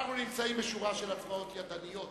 אנחנו נמצאים בשורה של הצבעות ידניות.